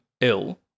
ill